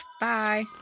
Bye